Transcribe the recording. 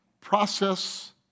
process